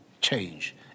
change